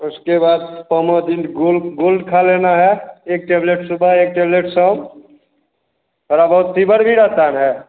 उसके बाद पमादिन गोल गोल्ड खा लेना है एक टैबलेट सुबह एक टैबलेट शाम थोड़ा बहुत फ़ीवर भी रहता है